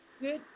Good